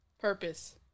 purpose